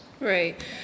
Right